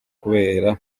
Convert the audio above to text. kubera